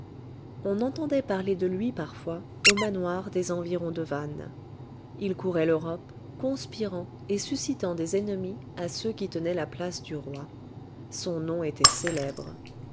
on entendait parler de lui parfois au manoir des environs de vannes il courait l'europe conspirant et suscitant des ennemis à ceux qui tenaient la place du roi son nom était célèbre